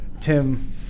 Tim